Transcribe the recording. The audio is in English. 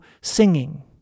singing